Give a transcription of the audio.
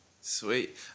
sweet